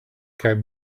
kept